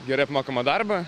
gerai apmokamą darbą